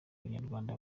abanyarwanda